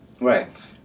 Right